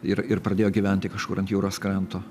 ir ir pradėjo gyventi kažkur ant jūros kranto